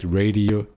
radio